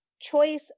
choice